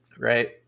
right